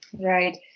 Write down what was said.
Right